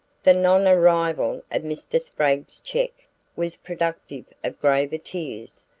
the non-arrival of mr. spragg's cheque was productive of graver tears,